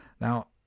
now